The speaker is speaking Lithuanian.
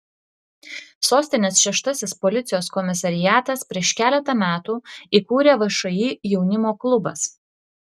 sostinės šeštasis policijos komisariatas prieš keletą metų įkūrė všį jaunimo klubas